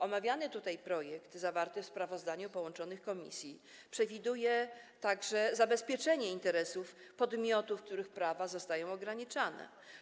Omawiany projekt zawarty w sprawozdaniu połączonych komisji przewiduje także zabezpieczenie interesów podmiotów, których prawa są ograniczane.